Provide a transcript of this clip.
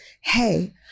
Hey